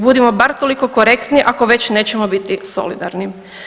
Budimo bar toliko korektni, ako već nećemo biti solidarni.